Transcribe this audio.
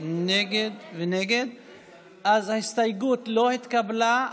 אז ההסתייגות לא התקבלה.